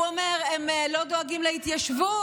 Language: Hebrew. הוא אומר: הם לא דואגים להתיישבות,